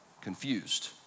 confused